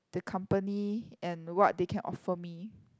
the company and what they can offer me